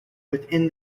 within